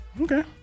Okay